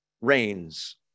rains